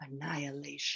Annihilation